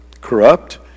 corrupt